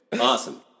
Awesome